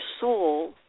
soul